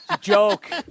joke